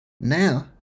Now